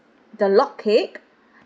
the log cake